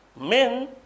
men